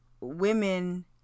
Women